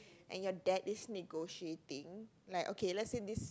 and your dad is negotiating like okay let's say this